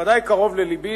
ודאי קרוב ללבי,